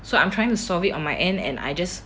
so I'm trying to solve it on my end and I just